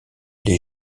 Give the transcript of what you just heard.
les